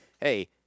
Hey